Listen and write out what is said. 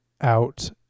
out